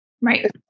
right